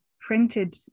printed